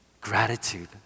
Gratitude